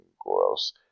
gross